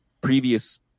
previous